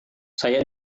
saya